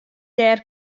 dêr